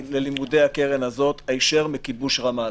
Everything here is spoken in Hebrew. ללימודי הקרן הזאת הישר מכיבוש רמאללה.